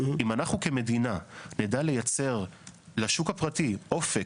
אם אנחנו כמדינה נדע לייצר לשוק הפרטי אופק,